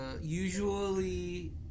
Usually